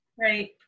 Right